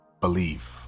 Believe